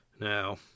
Now